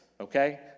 okay